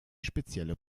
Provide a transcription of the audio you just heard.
spezielle